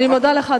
אני מודה לך,